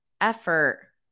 effort